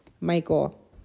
Michael